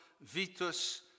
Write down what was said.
vitus